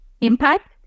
impact